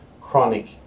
chronic